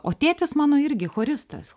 o tėtis mano irgi choristas